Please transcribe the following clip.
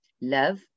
Love